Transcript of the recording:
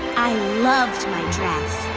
i loved my dress.